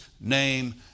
name